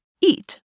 eat